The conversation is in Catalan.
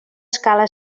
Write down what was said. escala